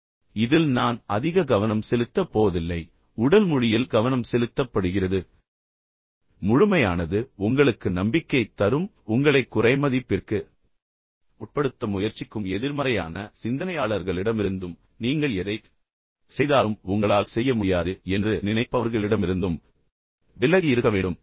எனவே இதில் நான் அதிக கவனம் செலுத்தப் போவதில்லை ஏனெனில் உடல் மொழியில் கவனம் செலுத்தப்படுகிறது ஆனால் முழுமையானது உங்களுக்கு நம்பிக்கையைத் தரும் பின்னர் உங்களைக் குறைமதிப்பிற்கு உட்படுத்த முயற்சிக்கும் எதிர்மறையான சிந்தனையாளர்களிடமிருந்தும் நீங்கள் எதைச் செய்தாலும் உங்களால் செய்ய முடியாது என்று நினைப்பவர்களிடமிருந்தும் நீங்கள் விலகி இருக்க வேண்டும்